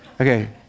okay